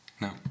No